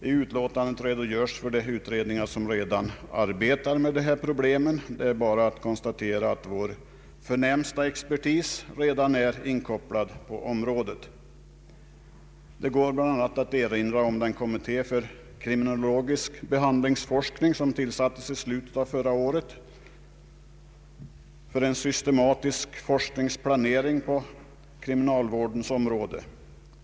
I utlåtandet redogörs för de utredningar som redan arbetar med dessa problem. Det är bara att konstatera att vår förnämsta expertis redan är inkopplad på området. Bland annat kan erinras om den kommitté för kriminologisk behandlingsforskning som tillsattes i slutet av förra året med syfte att göra en systematisk forskningsplanering på kriminalvårdens område.